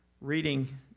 reading